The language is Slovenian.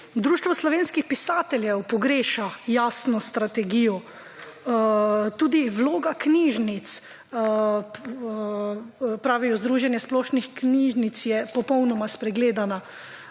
Društvo slovenskih pisateljev pogreša jasno strategijo tudi Vloga knjižnic pravijo Združenja splošnih knjižnic je popolnoma spregledana